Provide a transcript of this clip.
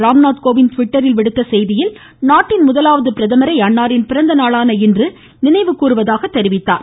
ராம்நாத் கோவிந்த் ட்விட்டரில் விடுத்த செய்தியில் நாட்டின் முதலாவது பிரதமரை அன்னாரின் பிறந்தநாளான இன்று நினைவு கூர்வதாக குறிப்பிட்டார்